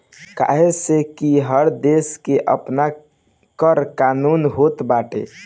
काहे से कि हर देस के आपन कर कानून होत बाटे